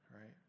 right